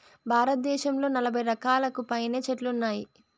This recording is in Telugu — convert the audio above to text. భారతదేశంలో నలబై రకాలకు పైనే చెట్లు ఉన్నాయి